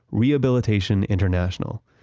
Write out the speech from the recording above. rehabilitation international.